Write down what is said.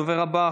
הדובר הבא,